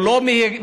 הוא לא מהגר,